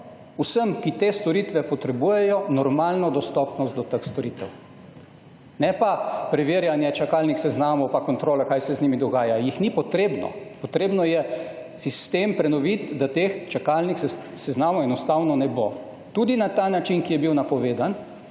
vsem, ki te storitve potrebujejo, normalno dostopnost do teh storitev. Ne pa preverjanje čakalnih seznamov in kontrola, kaj se z njimi dogaja. Jih ni potrebno. Potrebno je sistem prenoviti, da teh čakalnih seznamov enostavno ne bo. Tudi na ta način, ki je bil napovedan,